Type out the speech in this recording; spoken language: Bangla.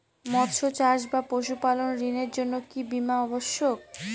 মৎস্য চাষ বা পশুপালন ঋণের জন্য কি বীমা অবশ্যক?